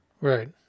right